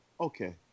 okay